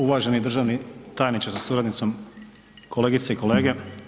Uvaženi državni tajniče sa suradnicom, kolegice i kolege.